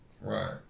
Right